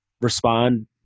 respond